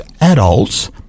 adults